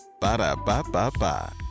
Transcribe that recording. Ba-da-ba-ba-ba